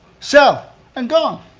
sell and gone.